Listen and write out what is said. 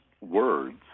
words